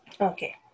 okay